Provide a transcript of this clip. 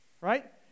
right